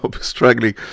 struggling